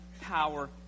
power